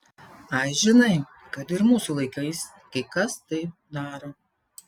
ai žinai kad ir mūsų laikais kai kas taip daro